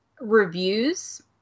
reviews